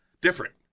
different